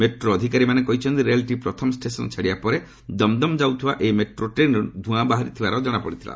metro ଅଧିକାରୀମାନେ କହିଛନ୍ତି ରେଳଟି ପ୍ରଥମ ଷ୍ଟେସନ୍ ଛାଡ଼ିବା ପରେ ଦମ୍ ଦମ୍ ଯାଉଥିବା ଏହି ମେଟ୍ରୋ ଟ୍ରେନ୍ରୁ ଧୂଆଁ ବାହାରୁ ଥିବାର ଜଣାପଡ଼ିଥିଲା